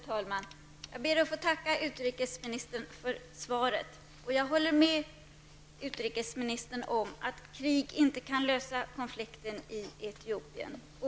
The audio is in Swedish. Herr talman! Jag ber att få tacka utrikesministern för svaret. Jag håller med utrikesministern om att krig inte kan lösa konflikten i Etiopien.